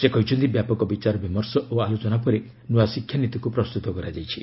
ସେ କହିଛନ୍ତି ବ୍ୟାପକ ବିଚାରବିମର୍ଶ ଓ ଆଲୋଚନା ପରେ ନୂଆ ଶିକ୍ଷାନୀତିକୁ ପ୍ରସ୍ତୁତ କରାଯାଇଛି